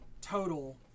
total